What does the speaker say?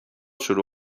شروع